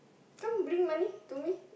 come bring money to me